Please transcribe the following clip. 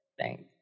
Thanks